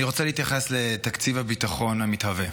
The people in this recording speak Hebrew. אני רוצה להתייחס לתקציב הביטחון המתהווה.